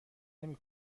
نمی